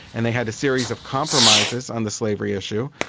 and they had a series of compromises on the slavery issue.